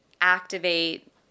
activate